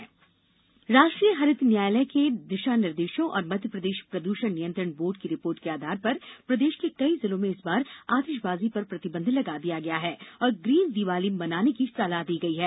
green Diwali राष्ट्रीय हरित न्यायालय के दिशानिर्देशों और मध्यप्रदेश प्रद्षण नियंत्रण बोर्ड की रिपोर्ट के आधार पर प्रदेश के कई जिलों में इस बार आतिशबाजी पर प्रतिबंध लगा दिया गया है और ग्रीन दीवाली मनाने की सलाह दी गई है